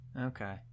Okay